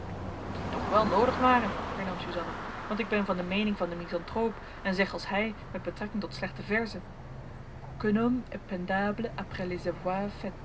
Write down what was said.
die toch wel noodig waren hernam suzanna want ik ben van de meening van den misanthrope en zeg als hij met betrekking tot slechte verzen